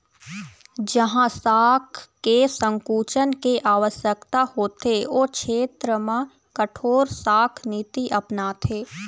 जहाँ शाख के संकुचन के आवश्यकता होथे ओ छेत्र म कठोर शाख नीति अपनाथे